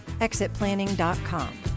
ExitPlanning.com